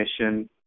mission